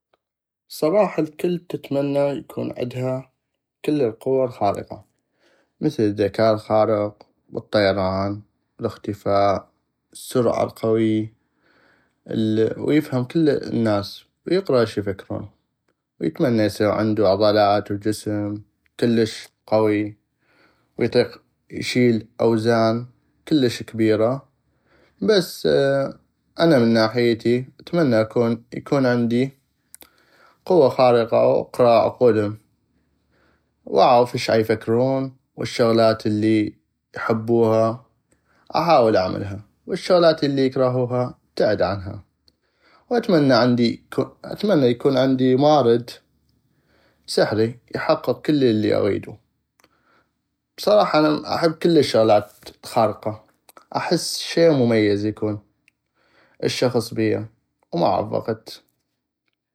بصراحة الكل تتمنى اكون عدها كل القوة الخارقة مثل الذكاء الخارق والطيران والاختفاء والسرعة القويي ويفهم كل الناس ويقرا اش افكرون ويتمنى اصيغ عندو عضلات وجسم كلش قوي واطيق اشيل اوزان كبيرة بس انا من ناحيتي اتمنى اكون عندي قوة خارقة واقرا عقولهم واعغف اش عيفكرون والشغلات الي يحبوها احاول اعملها والشغلات الي يكرهوها ابتعد عنها واتمنى يكون عندي مارد سحري يحققلي كل الي اغيدو بصراحة انا احب كل الشغلات الخارقة احس شي مميز اكون الشخص بيها ومعرف بقت